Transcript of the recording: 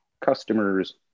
customers